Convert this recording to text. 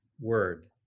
word